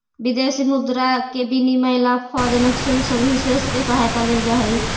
विदेशी मुद्रा के विनिमय ला फॉरेन एक्सचेंज सर्विसेस के सहायता लेल जा हई